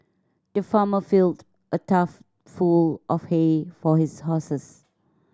the farmer filled a tough full of hay for his horses